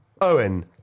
Owen